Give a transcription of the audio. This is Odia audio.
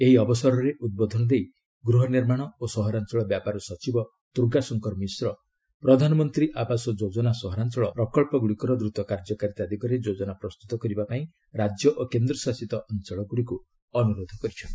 ଏହି ଅବସରରେ ଉଦ୍ବୋଧନ ଦେଇ ଗୃହ ନିର୍ମାଣ ଓ ସହଞ୍ଚଳ ବ୍ୟାପାର ସଚିବ ଦୁର୍ଗା ଶଙ୍କର ମିଶ୍ର 'ପ୍ରଧାନମନ୍ତ୍ରୀ ଆବାସ ଯୋଜନା ସହରାଞ୍ଚଳ' ପ୍ରକଳ୍ପ ଗୁଡ଼ିକର ଦ୍ରୁତ କାର୍ଯ୍ୟକାରିତା ଦିଗରେ ଯୋଜନା ପ୍ରସ୍ତୁତ କରିବାକୁ ରାଜ୍ୟ ଓ କେନ୍ଦ୍ର ଶାସିତ ଅଞ୍ଚଳଗୁଡ଼ିକୁ ଅନୁରୋଧ କରିଛନ୍ତି